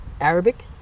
Arabic